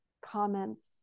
comments